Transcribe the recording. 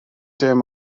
dim